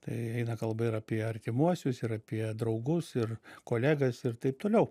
tai eina kalba ir apie artimuosius ir apie draugus ir kolegas ir taip toliau